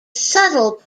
subtle